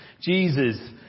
Jesus